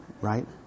right